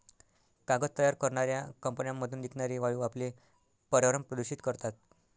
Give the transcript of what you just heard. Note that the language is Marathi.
कागद तयार करणाऱ्या कंपन्यांमधून निघणारे वायू आपले पर्यावरण प्रदूषित करतात